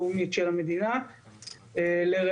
אלון מכיר את זה טוב.